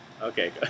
Okay